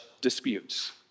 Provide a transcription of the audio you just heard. disputes